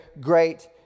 great